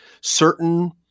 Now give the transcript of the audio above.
certain